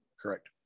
Correct